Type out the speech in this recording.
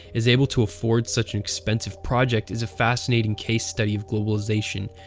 is able to afford such an expensive project is a fascinating case study of globalization,